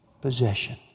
possession